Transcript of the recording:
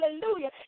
Hallelujah